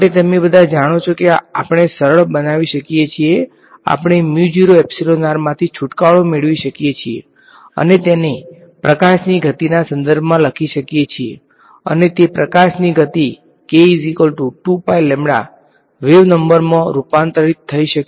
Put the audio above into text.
તમે બધા જાણો છો કે આપણે સરળ બનાવી શકીએ છીએ આપણે માંથી છુટકારો મેળવી શકીએ છીએ અને તેને પ્રકાશની ગતિના સંદર્ભમાં લખી શકીએ છીએ અને તે પ્રકાશની ગતિ વેવ નંબરમાં રૂપાંતરિત થઈ શકે છે